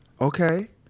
Okay